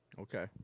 Okay